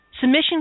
Submission